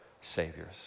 saviors